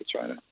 China